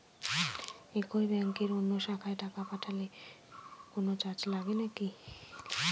একই ব্যাংকের অন্য শাখায় টাকা পাঠালে কোন চার্জ লাগে কি?